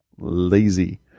Lazy